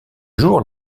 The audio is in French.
jour